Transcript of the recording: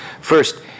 first